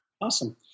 Awesome